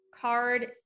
card